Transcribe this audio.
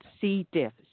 C-Diff